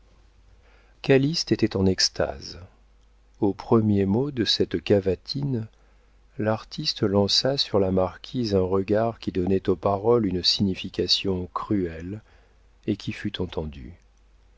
calyste était en extase au premier mot de cette cavatine l'artiste lança sur la marquise un regard qui donnait aux paroles une signification cruelle et qui fut entendue